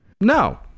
No